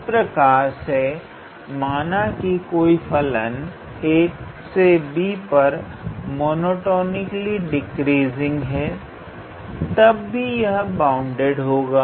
इसी प्रकार से माना कि कोई फलन ab पर मोनोटोनिकली डिक्रीजिंग है तब भी यह बाउंडेड होगा